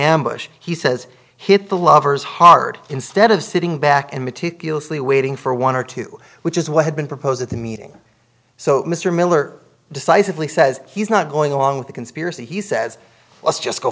ambush he says hit the lovers hard instead of sitting back and meticulously waiting for one or two which is what had been proposed at the meeting so mr miller decisively says he's not going along with the conspiracy he says let's just go